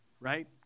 right